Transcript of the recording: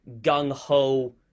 gung-ho